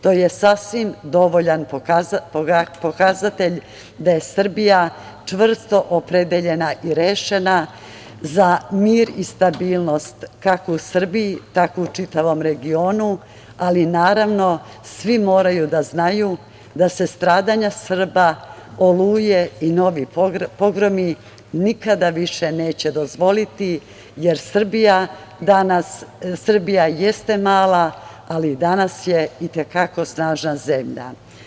To je sasvim dovoljan pokazatelj da je Srbija čvrsto opredeljena i rešena za mir i stabilnost kako u Srbiji, tako i u čitavom regionu, ali naravno, svi moraju da znaju da se stradanja Srba, „Oluje“ i novi pogromi nikada više neće dozvoliti, jer Srbija jeste mala, ali danas je i te kako snažna zemlja.